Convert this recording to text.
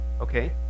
Okay